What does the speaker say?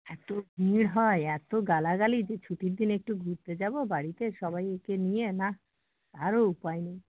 এত ভিড় হয় এত গালাগালি যে ছুটির দিনে একটু ঘুরতে যাবো বাড়িতে সবাইকে নিয়ে না তারও উপায় নেই